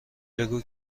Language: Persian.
بگو